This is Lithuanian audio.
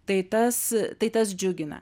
tai tas tai tas džiugina